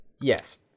yes